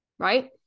Right